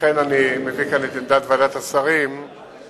לכן אני מביא כאן את עמדת ועדת השרים שמתנגדת